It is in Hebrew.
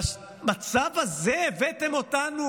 למצב הזה הבאתם אותנו